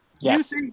Yes